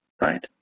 right